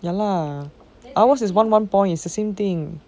ya lah ours is one one point is the same thing